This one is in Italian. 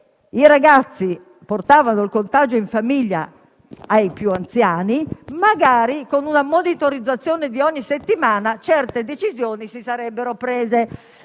i ragazzi portavano il contagio in famiglia ai più anziani, magari - ripeto, con una monitorizzazione settimanale - certe decisioni si sarebbero prese.